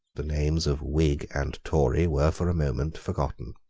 the names of whig and tory were for a moment forgotten.